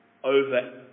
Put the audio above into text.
over